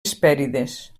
hespèrides